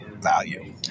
value